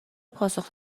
پاسخ